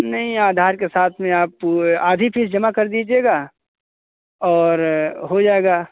नहीं आधार के साथ में आप आधी फीस जमा कर दीजिएगा और हो जाएगा